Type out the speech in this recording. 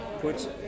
puts